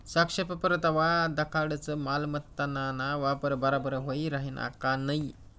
सापेक्ष परतावा दखाडस मालमत्ताना वापर बराबर व्हयी राहिना का नयी